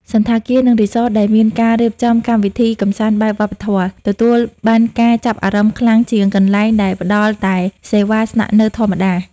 សណ្ឋាគារ និងរីសតដែលមានការរៀបចំកម្មវិធីកម្សាន្តបែបវប្បធម៌ ទទួលបានការចាប់អារម្មណ៍ខ្លាំងជាងកន្លែងដែលផ្តល់តែសេវាស្នាក់នៅធម្មតា។